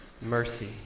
mercy